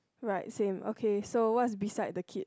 right same okay so what is beside the kids